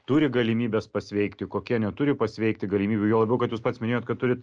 turi galimybes pasveikti kokie neturi pasveikti galimybių juo labiau kad jūs pats minėjot kad turit